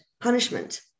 punishment